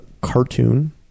cartoon